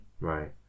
Right